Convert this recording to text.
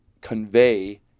convey